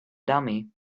dummy